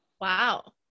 Wow